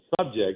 subject